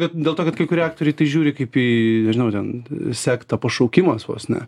kad dėl to kad kai kurie aktoriai tai žiūri kaip į nežinau ten sekta pašaukimas vos ne